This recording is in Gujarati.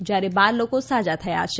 જ્યારે બાર લોકો સાજા થયા છે